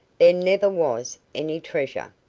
there never was any treasure.